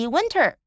Winter